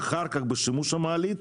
אחר כך בשימוש המעלית,